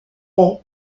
est